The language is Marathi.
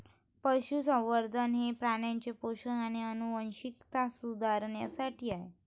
पशुसंवर्धन हे प्राण्यांचे पोषण आणि आनुवंशिकता सुधारण्यासाठी आहे